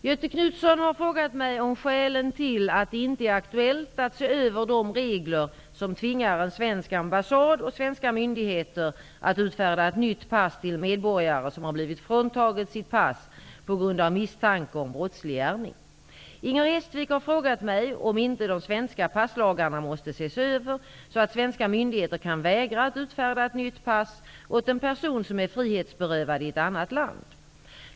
Fru talman! Göthe Knutson har frågat mig om skälen till att det inte är aktuellt att se över de regler som tvingar en svensk ambassad och svenska myndigheter att utfärda ett nytt pass till en medborgare som har blivit fråntagen sitt pass på grund av misstanke om brottslig gärning. Inger Hestvik har frågat mig om inte de svenska passlagarna måste ses över, så att svenska myndigheter kan vägra att utfärda ett nytt pass åt en person som är frihetsberövad i ett annat land.